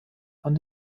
von